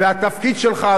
והתפקיד שלך,